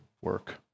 work